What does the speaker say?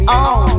on